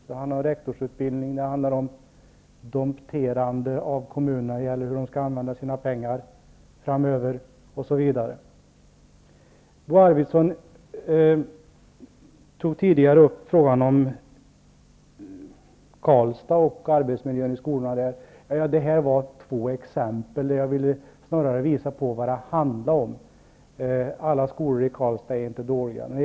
Det handlar om rektorsutbildning, dompterande av kommunerna när det gäller hur de skall använda sina pengar framöver, osv. Bo Arvidson tog tidigare upp frågan om Karlstad och arbetsmiljön i skolorna där. Detta var två exempel där jag snarare ville visa vad det handlade om. Alla skolor i Karlstad är inte dåliga.